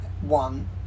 one